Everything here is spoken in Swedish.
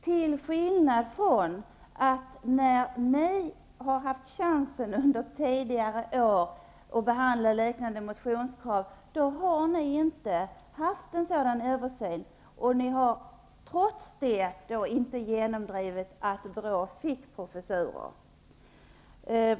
När ni socialdemokrater under tidigare år hade chansen att bemöta liknande motionskrav, genomförde ni inte någon översyn. Ni har inte sett till att BRÅ fått professurer.